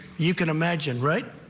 you can imagine, right?